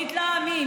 מתלהמים,